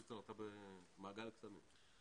בקיצור, אתה במעגל קסמים.